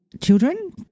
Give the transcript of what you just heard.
children